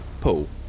Paul